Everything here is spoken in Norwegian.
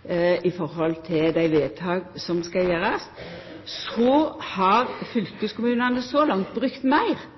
når det gjeld dei vedtaka som skal gjerast. Så har fylkeskommunane så langt brukt meir